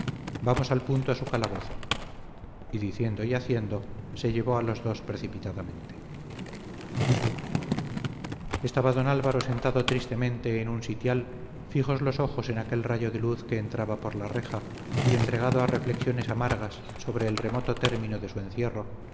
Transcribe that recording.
vamos al punto a su calabozo y diciendo y haciendo se llevó a los dos precipitadamente estaba don álvaro sentado tristemente en un sitial fijos los ojos en aquel rayo de luz que entraba por la reja y entregado a reflexiones amargas sobre el remoto término de su encierro